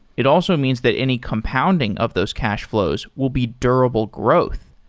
it also means that any compounding of those cash flows will be durable growth.